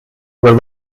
were